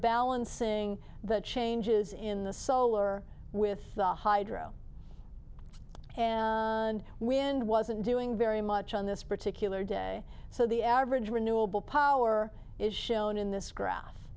balancing the changes in the solar with hydro and wind wasn't doing very much on this particular day so the average renewable power is shown in this gra